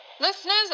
Listeners